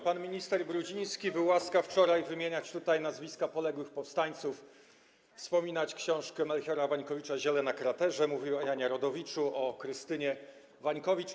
Pan minister Brudziński był łaskaw wczoraj wymieniać tutaj nazwiska poległych powstańców, wspominać książkę Melchiora Wańkowicza „Ziele na kraterze”, mówił o Janie Rodowiczu, o Krystynie Wańkowicz.